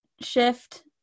shift